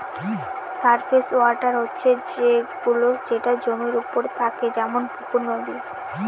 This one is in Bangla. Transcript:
সারফেস ওয়াটার হচ্ছে সে গুলো যেটা জমির ওপরে থাকে যেমন পুকুর, নদী